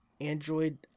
Android